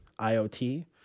IoT